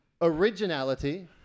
originality